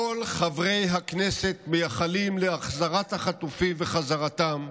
כל חברי הכנסת מייחלים להחזרת החטופים וחזרתם.